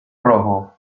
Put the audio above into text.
rojo